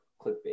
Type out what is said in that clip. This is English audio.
clickbait